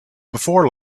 before